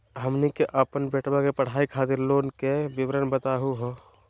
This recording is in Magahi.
हमनी के अपन बेटवा के पढाई खातीर लोन के विवरण बताही हो?